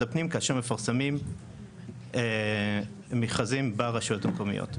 הפנים כאשר מפרסמים מכרזים ברשויות המקומיות.